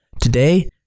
Today